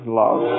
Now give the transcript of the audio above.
love